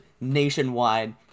nationwide